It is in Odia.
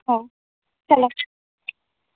ହଉ ଚାଲ